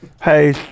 Hey